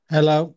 Hello